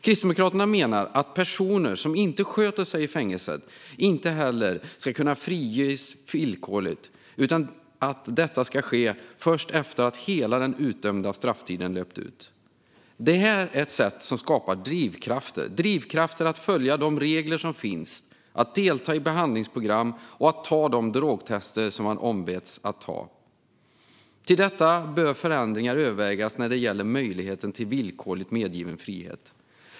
Kristdemokraterna menar att personer som inte sköter sig i fängelset inte heller ska kunna friges villkorligt - detta ska ske först efter att hela den utdömda strafftiden löpt ut. Det skapar drivkrafter att följa de regler som finns, att delta i behandlingsprogram och att göra de drogtester som man ombeds att göra. Till detta bör förändringar övervägas när det gäller möjligheten till villkorligt medgiven frihet.